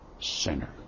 sinner